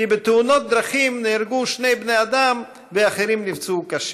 כי בתאונות דרכים נהרגו שני בני אדם ואחרים נפצעו קשה,